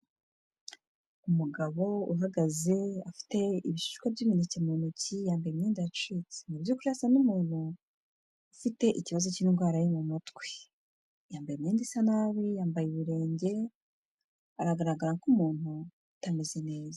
Umugabo uhagaze afite ibishishwa by'imineke mu ntoki yambaye imyenda yacitse. Mu by'ukuri asa n'umuntu ufite ikibazo cy'indwara yo mu mutwe. Yambaye imyenda isa nabi, yambaye ibirenge, aragaragara nk'umuntu utameze neza.